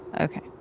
Okay